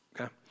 okay